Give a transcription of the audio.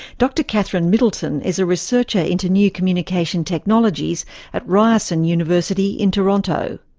dr catherine middleton is a researcher into new communication technologies at ryerson university in toronto.